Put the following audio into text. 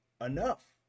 Enough